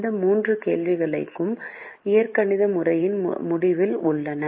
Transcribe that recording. இந்த மூன்று கேள்விகளும் இயற்கணித முறையின் முடிவில் உள்ளன